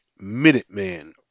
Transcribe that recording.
Minuteman